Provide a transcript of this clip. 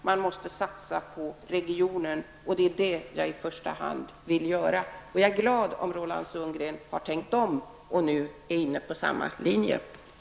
Man måste satsa på regionen. Det är det jag i första hand vill göra. Jag är glad om Roland Sundgren har tänkt om och nuär inne på samma linje som jag.